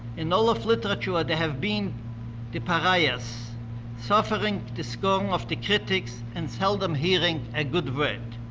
in all of literature they have been the pariahs, suffering the scum of the critics, and seldom hearing a good word.